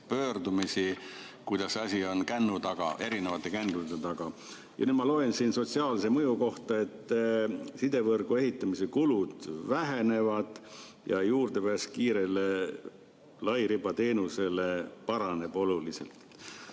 pöördumisi, et see asi on kännu taga, õigemini erinevate kändude taga. Ja nüüd ma loen siit sotsiaalse mõju kohta, et sidevõrgu ehitamise kulud vähenevad ja juurdepääs kiirele lairibateenusele paraneb oluliselt.